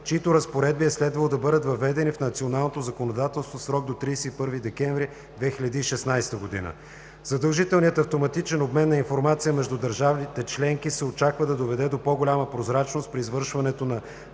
чиито разпоредби е следвало да бъдат въведени в националното законодателство в срок до 31 декември 2016 г. Задължителният автоматичен обмен на информация между държавите членки се очаква да доведе до по-голяма прозрачност при издаването на